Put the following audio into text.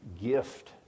gift